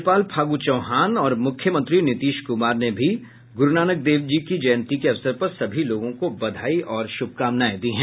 राज्यपाल फागू चौहान और मुख्यमंत्री नीतीश कुमार ने भी गुरू नानक देव की जयन्ती के अवसर पर सभी लोगों को बधाई और शुभकामनाएं दी है